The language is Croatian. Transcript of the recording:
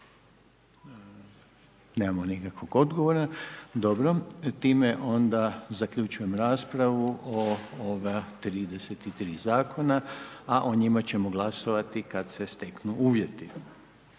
Nemamo nikakvog odgovora. Dobro time onda zaključujem raspravu o ova 33 zakona, a o njima ćemo glasovati kada se steknu uvjeti.